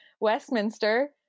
Westminster